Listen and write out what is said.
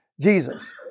Jesus